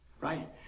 Right